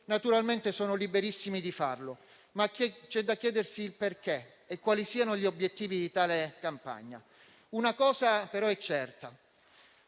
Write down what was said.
Naturalmente sono liberissimi di farlo, ma c'è da chiedersi il perché e quali siano gli obiettivi di tale campagna. Una cosa, però, è certa: